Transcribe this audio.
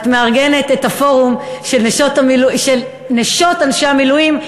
את מארגנת את הפורום של נשות אנשי המילואים,